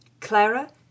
Clara